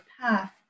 path